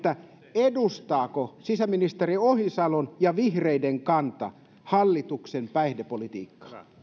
edustaako sisäministeri ohisalon ja vihreiden kanta hallituksen päihdepolitiikkaa